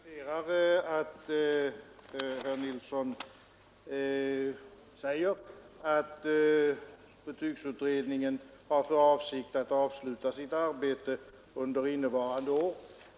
Herr talman! Herr Nilsson i Norrköping sade att betygsutredningen har för avsikt att avsluta sitt arbete under innevarande år.